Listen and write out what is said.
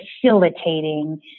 facilitating